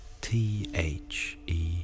T-H-E